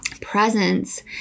presence